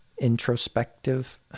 introspective